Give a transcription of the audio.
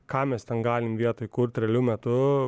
ką mes ten galim vietoj kurt realiu metu